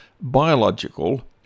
biological